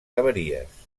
avaries